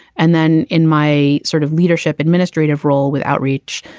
and then in my sort of leadership administrative role with outreach,